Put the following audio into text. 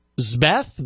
Zbeth